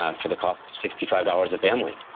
ah for the cost of sixty five dollars a family.